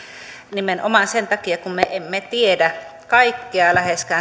nimenomaan sen takia kun me emme tiedä läheskään kaikkea